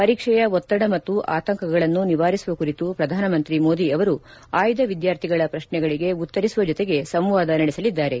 ಪರೀಕ್ಷೆಯ ಒತ್ತಡ ಮತ್ತು ಆತಂಕಗಳನ್ನು ನಿವಾರಿಸುವ ಕುರಿತು ಪ್ರಧಾನಮಂತ್ರಿ ಮೋದಿ ಅವರು ಆಯ್ದ ವಿದ್ಯಾರ್ಥಿಗಳ ಪ್ರಶ್ನೆಗಳಿಗೆ ಉತ್ತರಿಸುವ ಜೊತೆಗೆ ಸಂವಾದ ನಡೆಸಲಿದ್ದಾರೆ